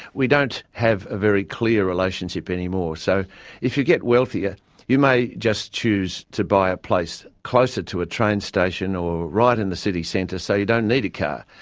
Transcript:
we don't have a very clear relationship anymore. so if you get wealthier you may just choose to buy a place closer to a train station or right in the city centre so you don't need a car,